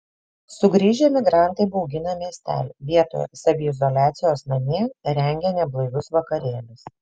sugrįžę emigrantai baugina miestelį vietoje saviizoliacijos namie rengia neblaivius vakarėlius